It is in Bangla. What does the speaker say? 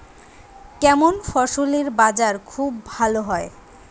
কেমন ফসলের বাজার খুব ভালো হয়?